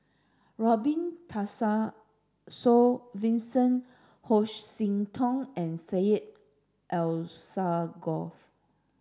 Robin Tessensohn Vincent Hoisington and Syed Alsagoff